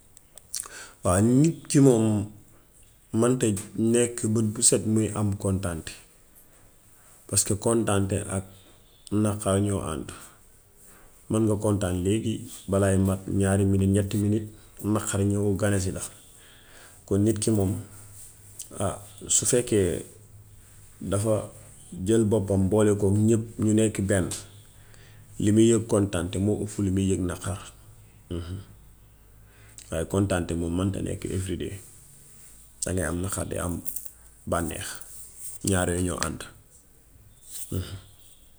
Waaw nit ki moom mënta nekk bët bu set muy am kontante paska kontante ak naqar ñoo ànd. Man nga kontaan léegi balaay mat ñaari minit ñetti minit naqar ñëw ganesi la. Kon nit ki moom, su fekkee dafa jël boppom boole kook ñépp nekk benn li muy yëg kontante moo ëpp li muy yëg naqar. Waaye kontante moom mënta nekk every day. Dangay am naqar di am bànneex. ñaar yooyu ñoo ànd.